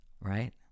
right